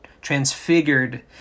transfigured